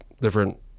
different